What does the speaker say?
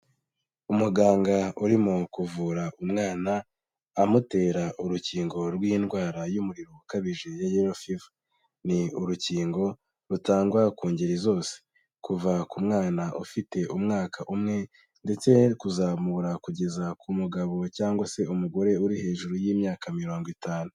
Umuganga urimo kuvura umwana amutera urukingo rw'indwara y'umuriro ukabije ya Yellow Fever. Ni urukingo rutangwa ku ngeri zose. Kuva ku mwana ufite umwaka umwe ndetse kuzamura kugeza ku mugabo cyangwa se umugore uri hejuru y'imyaka mirongo itanu.